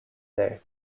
day